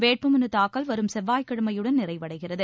வேட்புமனு தாக்கல் வரும் செவ்வாய்க்கிழமையுடன் நிறைவடைகிறது